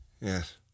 Yes